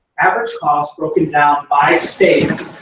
average cost broken down by state.